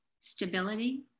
stability